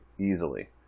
easily